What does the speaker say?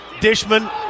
Dishman